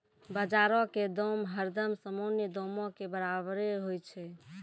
बजारो के दाम हरदम सामान्य दामो के बराबरे होय छै